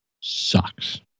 sucks